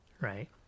right